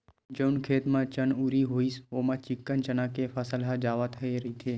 जउन खेत म चनउरी होइस ओमा चिक्कन चना के फसल ह जावत रहिथे